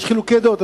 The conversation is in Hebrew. יש חילוקי דעות,